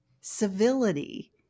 civility